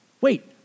wait